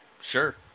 Sure